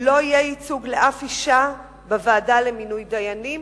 לא יהיה ייצוג של אף אשה בוועדה למינוי דיינים,